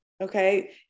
Okay